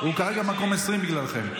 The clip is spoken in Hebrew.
הוא כרגע במקום 20 בגללכם.